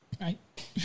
Right